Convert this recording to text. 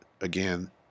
Again